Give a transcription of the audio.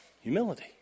Humility